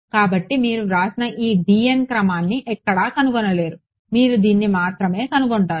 కాబట్టి మీరు వ్రాసిన ఈ క్రమాన్ని ఎక్కడా కనుగొనలేరు మీరు దీన్ని మాత్రమే కనుగొంటారు